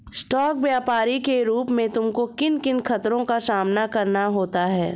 Stock व्यापरी के रूप में तुमको किन किन खतरों का सामना करना होता है?